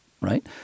right